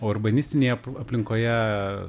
o urbanistinėje aplinkoje